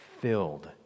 filled